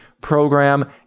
program